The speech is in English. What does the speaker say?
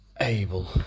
able